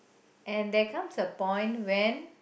and there come's a point when